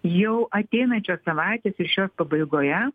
jau ateinančios savaitės ir šios pabaigoje